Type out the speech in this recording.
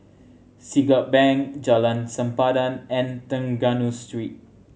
Siglap Bank Jalan Sempadan and Trengganu Street